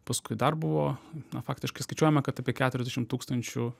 paskui dar buvo na faktiškai skaičiuojama kad apie keturiasdešim tūkstančių